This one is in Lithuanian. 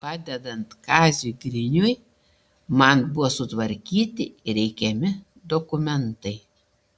padedant kaziui griniui man buvo sutvarkyti reikiami dokumentai